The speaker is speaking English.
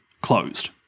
closed